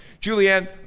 Julianne